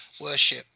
worship